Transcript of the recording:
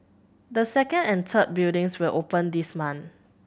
the second and third buildings will open this month